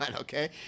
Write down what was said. okay